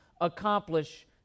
accomplish